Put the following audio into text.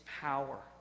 power